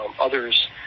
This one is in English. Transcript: others